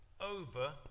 over